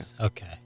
Okay